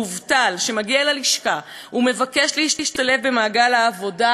מובטל שמגיע ללשכה ומבקש להשתלב במעגל העבודה,